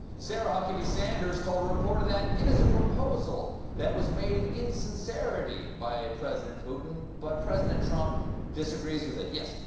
sarah huckabee-sanders told a reporter that it is a proposal that was made in sincerity by president putin, but president trump disagrees with it. yeah,